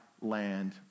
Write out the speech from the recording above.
land